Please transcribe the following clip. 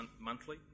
Monthly